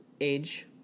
Age